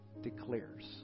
declares